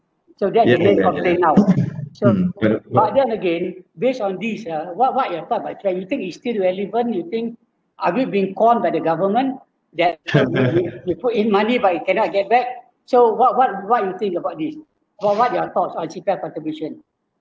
so that they get complain now so but then again based on this uh what what are your thought my plan you think it's still relevant you think are we being conned by the government that we we put in money but you cannot get back so what what what you think about this what what your thoughts on C_P_F contribution